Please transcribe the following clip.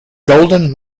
golden